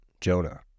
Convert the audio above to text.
Jonah